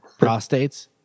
prostates